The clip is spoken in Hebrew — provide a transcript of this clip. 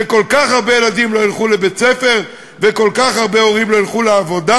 כל כך הרבה ילדים לא ילכו לבית-ספר וכל כך הרבה הורים לא ילכו לעבודה